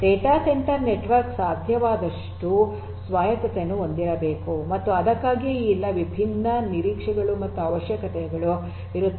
data centre network ಸಾಧ್ಯವಾದಷ್ಟು ಸ್ವಾಯತ್ತತೆಯನ್ನು ಹೊಂದಿರಬೇಕು ಮತ್ತು ಅದಕ್ಕಾಗಿಯೇ ಈ ಎಲ್ಲಾ ವಿಭಿನ್ನ ನಿರೀಕ್ಷೆಗಳು ಮತ್ತು ಅವಶ್ಯಕತೆಗಳು ಇರುತ್ತವೆ